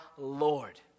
Lord